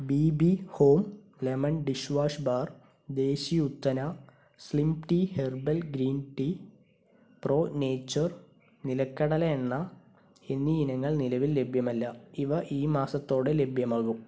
B B home lemon dish wash bar desi ഉത്തന slim tea herbal green tea pro nature നിലക്കടല എണ്ണ എന്നീ ഇനങ്ങൾ നിലവിൽ ലഭ്യമല്ല ഇവ ഈ മാസത്തോടെ ലഭ്യമാകും